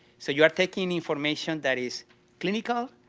so you are taking information that is clinical